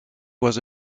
was